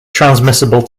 transmissible